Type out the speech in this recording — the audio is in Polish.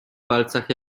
palcach